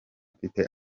mfite